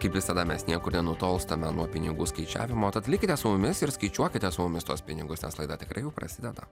kaip visada mes niekur nenutolstame nuo pinigų skaičiavimo tad likite su mumis ir skaičiuokite su mumis tuos pinigus nes laida tikrai jau prasideda